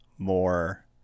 more